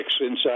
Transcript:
inside